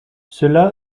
cela